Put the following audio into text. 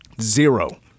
zero